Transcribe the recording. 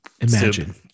Imagine